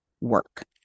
work